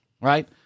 right